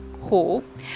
hope